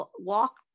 walk